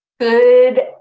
Good